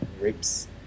rips